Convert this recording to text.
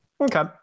Okay